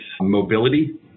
mobility